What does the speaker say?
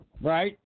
Right